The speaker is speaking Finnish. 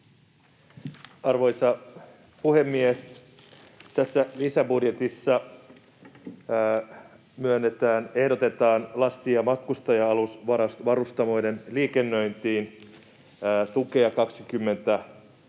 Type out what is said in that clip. Arvoisa puhemies! Tässä lisäbudjetissa ehdotetaan lasti- ja matkustaja-alusvarustamoiden liikennöintiin tukea 23,2